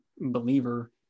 believer